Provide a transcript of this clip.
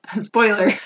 spoiler